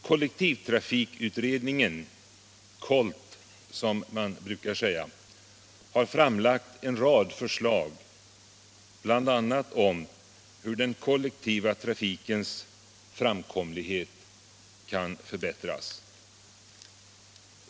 Kollektivtrafikutredningen, KOLT som man brukar säga, har framlagt en rad förslag, bl.a. om hur den kollektiva trafikens framkomlighet kan förbättras.